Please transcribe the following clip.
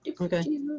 Okay